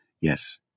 Yes